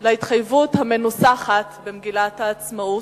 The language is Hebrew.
להתחייבות המנוסחת במגילת העצמאות,